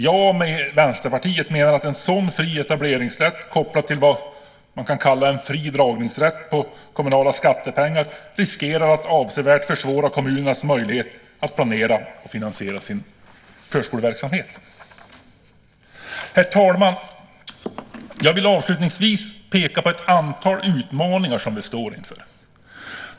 Jag och Vänsterpartiet menar att en sådan fri etableringsrätt kopplad till vad man kan kalla för en fri dragningsrätt på kommunala skattepengar riskerar att avsevärt försvåra kommunernas möjlighet att planera och finansiera sin förskoleverksamhet. Herr talman! Avslutningsvis vill jag peka på ett antal utmaningar som vi står inför.